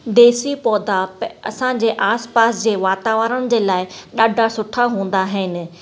देसी पौधा प असां जे आस पास जे वातावरण जे लाइ ॾाढा सुठा हूंदा आहिनि